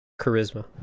charisma